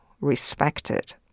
respected